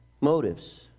motives